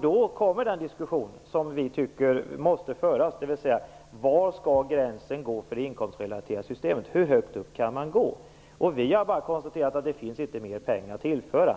Då kommer den diskussion som vi tycker måste föras, nämligen var gränsen skall gå för det inkomstrelaterade systemet. Hur högt upp kan man gå? Vi har bara konstaterat att det inte finns mer pengar att tillföra.